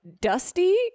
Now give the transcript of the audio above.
dusty